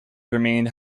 remained